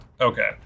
Okay